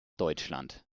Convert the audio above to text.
deutschland